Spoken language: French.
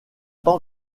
tant